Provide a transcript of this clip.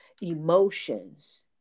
Emotions